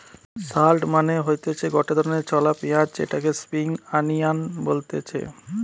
shallot মানে হতিছে গটে ধরণের ছলা পেঁয়াজ যেটাকে স্প্রিং আনিয়ান বলতিছে